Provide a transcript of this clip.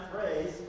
phrase